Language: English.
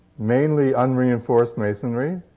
mainly unreinforced masonry.